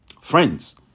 Friends